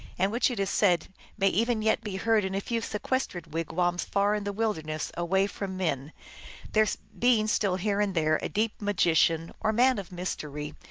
and which it is said may even yet be heard in a few sequestered wigwams far in the wilderness, away from men there being still here and there a deep ma gician, or man of mystery,